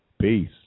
Peace